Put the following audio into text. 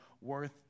worth